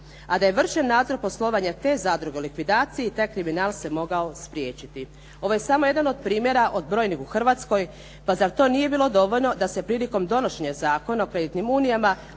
A da je vršen nadzor poslovanja te zadruge u likvidaciji, taj kriminal se mogao spriječiti. Ovo je samo jedan od primjera od brojnih u Hrvatskoj, pa zar to nije bilo dovoljno da se prilikom donošenja Zakona o kreditnim unijama